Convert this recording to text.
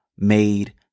Made